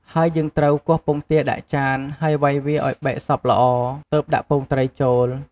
ហើយយើងត្រូវ គោះពងទាដាក់ចាន ហើយវ៉ៃវាឱ្យបែកសព្វល្អ ទើបដាក់ពងត្រីចូល។